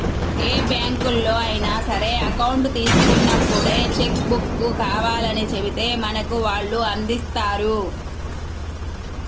ఏ బ్యాంకులో అయినా సరే అకౌంట్ తీసుకున్నప్పుడే చెక్కు బుక్కు కావాలని చెబితే మనకు వాళ్ళు అందిస్తారు